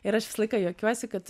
ir aš visą laiką juokiuosi kad